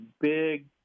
big